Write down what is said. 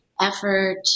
effort